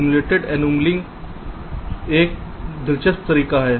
simulated annealing एक दिलचस्प तरीका है